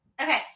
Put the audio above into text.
Okay